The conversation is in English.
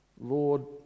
Lord